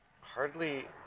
Hardly